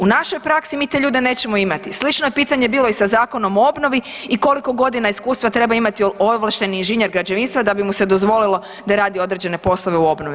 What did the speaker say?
U našoj praksi mi te ljude nećemo imati, slično je pitanje bilo i sa zakonom o obnovi i koliko godina iskustva treba imati ovlašteni inženjer građevinstva da bi mu se dozvolilo da radi određene poslove u obnovi.